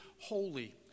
holy